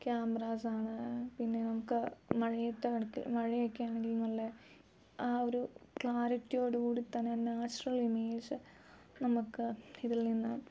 cameras ആണ് പിന്നെ നമുക്ക് മഴയത്ത് മഴയൊക്കെ ആണെങ്കിലും നല്ല ആ ഒരു ക്ലാരിറ്റിയോട് കൂടി തന്നാൽ നാച്ചുറൽ ഇമേജ് നമുക്ക് ഇതിൽ നിന്ന്